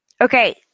Okay